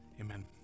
Amen